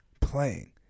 playing